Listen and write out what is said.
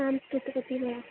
आम् स्रुतवती वा